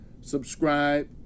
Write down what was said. subscribe